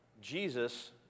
Jesus